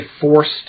forced